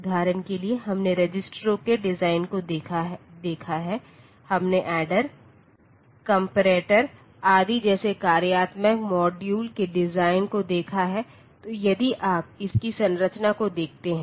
उदाहरण के लिए हमने रजिस्टरों के डिजाइन को देखा है हमने ऐड्डेर कॉम्परटेर आदि जैसे कार्यात्मक मॉड्यूल के डिजाइन को देखा है तो यदि आप इसकी संरचना को देखते हैं